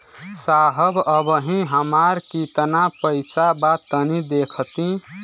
साहब अबहीं हमार कितना पइसा बा तनि देखति?